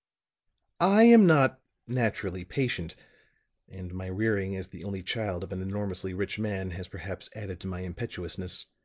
i am not naturally patient and my rearing as the only child of an enormously rich man has perhaps added to my impetuousness.